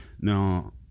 Now